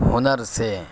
ہنر سے